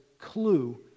clue